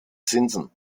zinsen